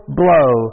blow